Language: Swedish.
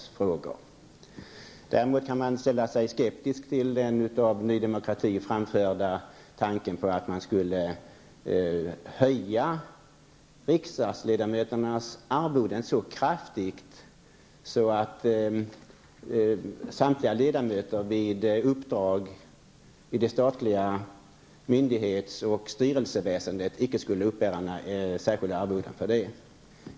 Man kan däremot ställa sig skeptisk till den tanke som en av Ny Demokratis representanter framförde, att man skulle höja riksdagsledamöternas arvoden så kraftigt att samtliga ledamöter vid uppdrag inom det statliga myndighets och styrelseväsendet inte skulle uppbära några särskilda arvoden för sådana uppdrag.